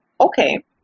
Okay